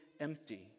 empty